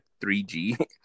3G